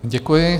Děkuji.